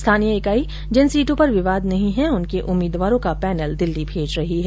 स्थानीय इकाई जिन सीटों पर विवाद नहीं है उनके उम्मीदवारों का पैनल दिल्ली भेज रही है